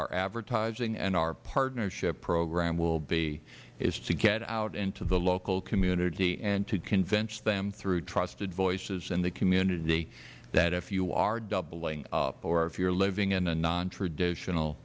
our advertising and our partnership program will be is to get out into the local community and to convince them through trusted voices in the community that if you are doubling up or if you are living in a non traditional